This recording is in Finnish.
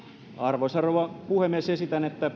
arvoisa rouva puhemies esitän että